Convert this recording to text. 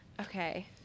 Okay